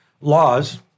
Laws